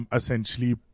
essentially